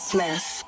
Smith